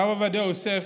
הרב עובדיה יוסף,